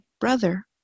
brother